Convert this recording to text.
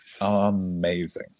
amazing